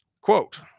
Quote